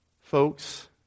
folks